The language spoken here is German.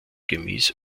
gemäß